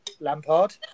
Lampard